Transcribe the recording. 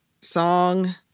song